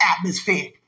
atmosphere